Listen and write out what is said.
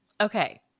Okay